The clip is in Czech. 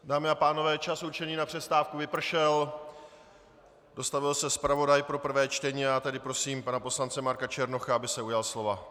Dámy a pánové, čas určený na přestávku vypršel, dostavil se zpravodaj pro prvé čtení, a já tedy prosím pana poslance Marka Černocha, aby se ujal slova.